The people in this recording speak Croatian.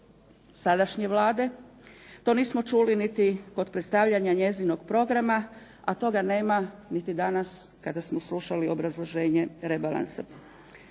sadašnje Vlade, to nismo čuli niti kod predstavljanja njezinog programa, a toga nema niti danas kada smo slušali obrazloženje rebalansa.